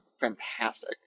fantastic